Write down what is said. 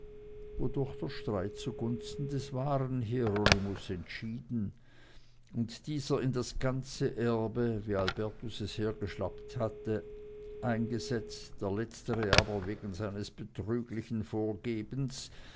wodurch der streit zugunsten des wahren hieronymus entschieden und dieser in das ganze erbe wie albertus es hergeschleppt hatte eingesetzt der letztere aber wegen seines betrüglichen vorgebens